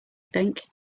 think